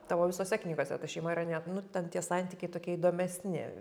tavo visose knygose ta šeima yra ne nu ten tie santykiai tokie įdomesni